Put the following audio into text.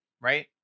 right